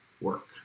work